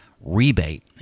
rebate